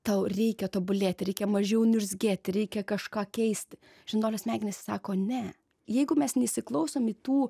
tau reikia tobulėti reikia mažiau niurzgėti reikia kažką keisti žinduolio smegenys sako ne jeigu mes neįsiklausom į tų